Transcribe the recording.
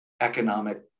economic